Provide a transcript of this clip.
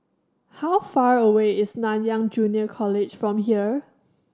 how far away is Nanyang Junior College from here